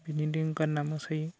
बिदिनो गानना मोसायो